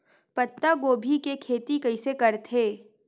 पत्तागोभी के खेती कइसे करथे?